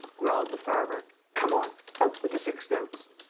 growled the farmer. come on. out with the six notes.